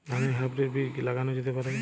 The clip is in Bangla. ধানের হাইব্রীড বীজ কি লাগানো যেতে পারে?